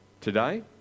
Today